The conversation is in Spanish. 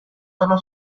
sólo